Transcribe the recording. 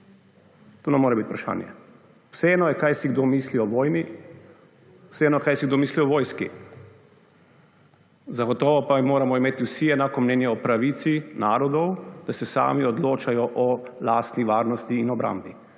to ne more biti vprašanje. Vseeno je, kaj si kdo misli o vojni, vseeno, kaj si kdo misli o vojski. Zagotovo pa moramo imeti vsi enako mnenje o pravici narodov, da se sami odločajo o lastni varnosti in obrambi.